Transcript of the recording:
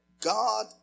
God